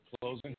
Closing